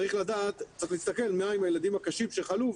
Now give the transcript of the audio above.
צריך להסתכל מה הם הילדים הקשים שחלו,